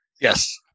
Yes